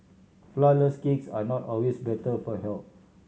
flourless cakes are not always better for health